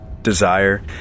Desire